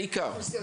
בעיקר.